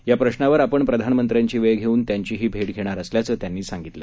या प्रश्रावर आपण प्रधानमंत्र्यांची वेळ घेऊन त्यांचीही भेट घेणार असल्याचं त्यांनी सांगितलं